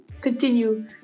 continue